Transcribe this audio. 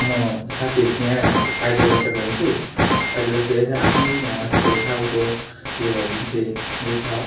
म साथीहरूसँग पैदल यात्रा जान्छु पैदल यात्रा यता आफ्नै यहाँ छेउछाउको यो जुन चाहिँ यो छ